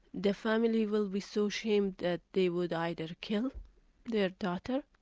the family will be so ashamed that they would either kill their daughter,